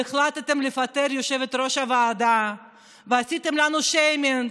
והחלטתם לפטר את יושבת-ראש הוועדה ועשיתם לנו שיימינג.